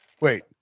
Wait